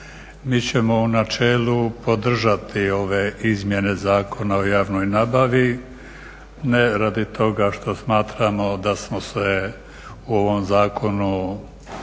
mi ćemo u načelu podržati ove izmjene Zakona o javnoj nabavi, ne radi toga što smatramo da smo se u ovom zakonu